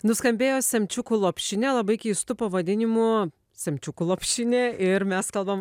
nuskambėjo semčiukų lopšinė labai keistu pavadinimu semčiukų lopšinė ir mes kalbam